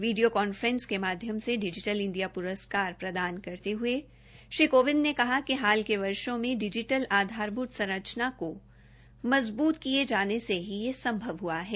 video conferencing के माध्यम से डिजिटल इंडिया पुरस्कार प्रदान करते हये श्री कोविंद ने कहा कि हाल के वर्षो मे डिजिटल आधारभूत संरचना को मजबूत किय जाने से ही यह संभव हआ है